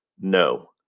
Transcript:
no